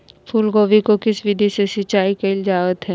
फूलगोभी को किस विधि से सिंचाई कईल जावत हैं?